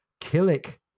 Killick